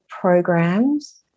programs